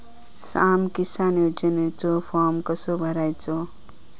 स्माम किसान योजनेचो फॉर्म कसो भरायचो?